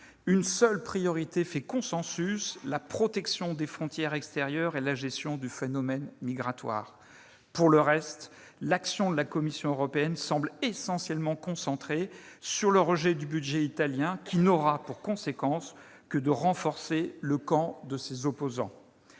une seule priorité fait consensus : la protection des frontières extérieures et la gestion du phénomène migratoire. Pour le reste, l'action de la Commission européenne semble essentiellement concentrée sur le rejet du budget italien, dont la seule conséquence sera de renforcer le camp de ses opposants.